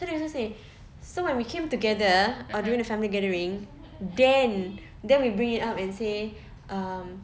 so they also say so when we came together or during the family gathering then then we bring it up and say um